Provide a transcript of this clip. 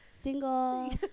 single